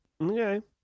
Okay